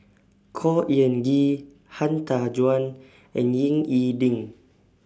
Khor Ean Ghee Han Tan Juan and Ying E Ding